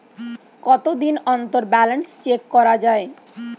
কতদিন অন্তর balance check করা য়ায়?